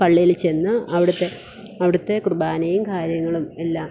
പള്ളിയിൽ ചെന്ന് അവിടുത്തെ അവിടുത്തെ കുർബ്ബാനയും കാര്യങ്ങളും എല്ലാം